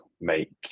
make